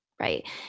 Right